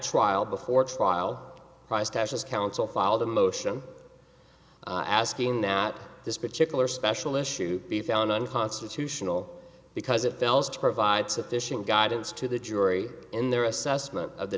trial before trial price taxes counsel filed a motion asking that this particular special issue be found unconstitutional because it fails to provide sufficient guidance to the jury in their assessment of the